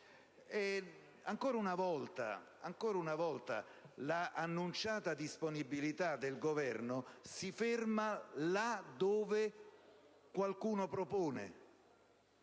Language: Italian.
Ancora una volta l'annunciata disponibilità del Governo si ferma là dove qualcuno propone.